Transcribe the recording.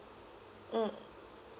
mm